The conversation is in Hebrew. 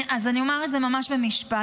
אומר את זה ממש במשפט.